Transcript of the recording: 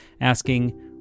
asking